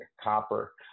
copper